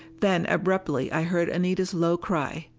then abruptly i heard anita's low cry.